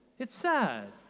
it's sad.